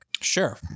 Sure